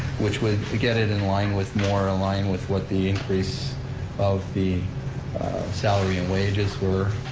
which would get it in line with, more aligned with what the increase of the salary and wages were,